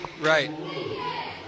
Right